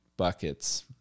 buckets